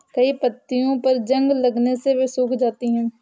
कई पत्तियों पर जंग लगने से वे सूख जाती हैं